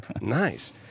nice